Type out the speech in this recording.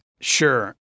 Sure